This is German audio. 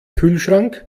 kühlschrank